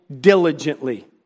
diligently